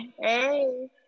Hey